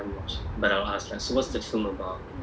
b